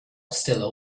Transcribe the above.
still